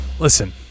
Listen